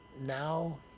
now